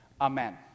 Amen